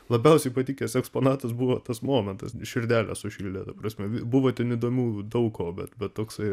labiausiai patikęs eksponatas buvo tas momentas širdelę sušildė ta prasme buvo ten įdomių daug ko bet bet toksai